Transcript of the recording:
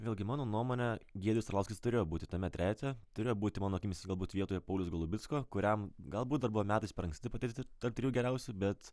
vėlgi mano nuomone giedrius arlauskis turėjo būti tame trejete turėjo būti mano akimis galbūt vietoje pauliaus golubicko kuriam galbūt darbo metais per anksti patirti tarp trijų geriausių bet